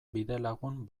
bidelagun